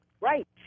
Right